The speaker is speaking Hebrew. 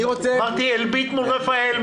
אמרתי אלביט מול רפא"ל,